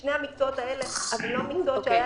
שני המקצועות האלה הם לא מקצועות שהיה